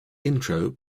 intro